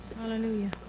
Hallelujah